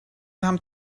tam